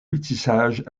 métissage